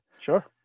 Sure